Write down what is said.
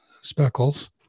speckles